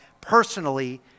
personally